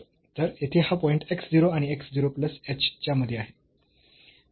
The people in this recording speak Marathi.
तर येथे हा पॉईंट x 0 आणि x 0 प्लस h च्या मध्ये आहे